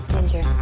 Ginger